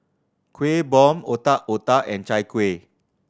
Kueh Bom Otak Otak and Chai Kueh